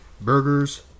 burgers